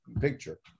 picture